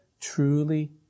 truly